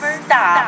stop